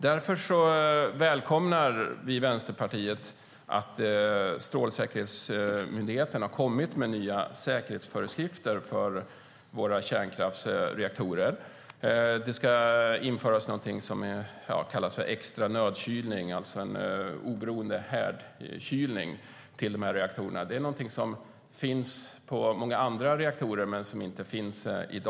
Därför välkomnar vi i Vänsterpartiet att Strålsäkerhetsmyndigheten har kommit med nya säkerhetsföreskrifter för våra kärnkraftsreaktorer. Det ska införas något som kallas extra nödkylning, en oberoende härdkylning, i reaktorerna. Sådana finns på många andra reaktorer, men inte i Sverige.